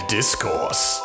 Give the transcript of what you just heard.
Discourse